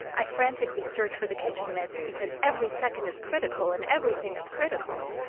i frantically search for the kitchen mitts because every second is critical and everything is critical.